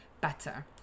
better